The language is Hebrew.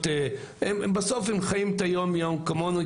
בסוף הם חיים את היומיום כמוני,